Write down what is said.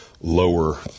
lower